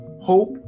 hope